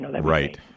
Right